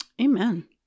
Amen